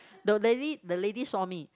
the lady the lady saw me